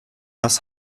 das